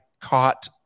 caught